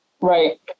right